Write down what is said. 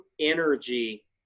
energy